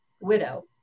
widow